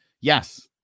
Yes